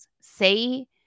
say